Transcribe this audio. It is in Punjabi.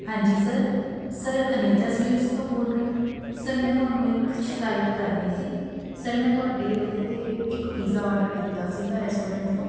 ਹਾਂਜੀ ਸਰ ਸਰ ਅਨੇਜਾ ਸਵੀਟਸ ਤੋਂ ਬੋਲ ਰਹੇ ਹੋ ਸਰ ਮੈਂ ਤੁਹਾਨੂੰ ਇੱਕ ਸ਼ਿਕਾਇਤ ਕਰਨੀ ਸੀ ਸਰ ਮੈਂ ਤੁਹਾਡੇ ਉਹਦੇ 'ਤੇ ਇੱਕ ਪੀਜ਼ਾ ਔਡਰ ਕੀਤਾ ਸੀਗਾ ਰੈਸਟੋਰੈਂਟ ਤੋਂ